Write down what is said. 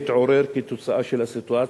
להתעורר כתוצאה מהסיטואציה,